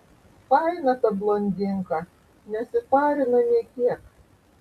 faina ta blondinka nesiparina nė kiek